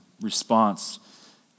response